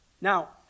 Now